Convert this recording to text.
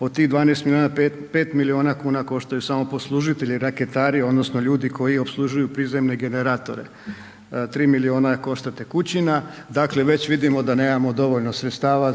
od tih 12 miliona, 5 miliona kuna koštaju samo poslužitelji raketari odnosno ljudi koji opslužuju prizemne generatore, 3 miliona košta tekućina, dakle već vidimo da nemamo dovoljno sredstava